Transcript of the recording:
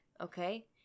okay